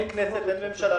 אין כנסת ואין ממשלה.